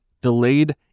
delayed